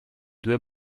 due